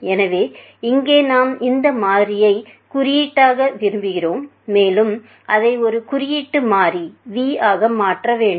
எனவே இங்கே நாம் இந்த மாறியை குறியீடாக்க விரும்புகிறோம் மேலும் அதை ஒரு குறியீட்டு மாறி v ஆக மாற்ற வேண்டும்